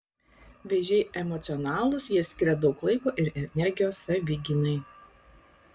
vėžiai emocionalūs jie skiria daug laiko ir energijos savigynai